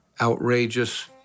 outrageous